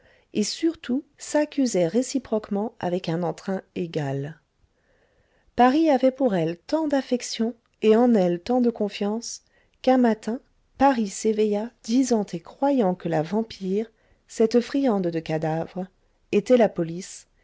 et surtout s'accusaient réciproquement avec un entrain égal paris avait pour elles tant d'affection et en elles tant de confiance qu'un matin paris s'éveilla disant et croyant que la vampire cette friande de cadavres était la police